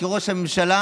ואחריו,